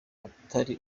atari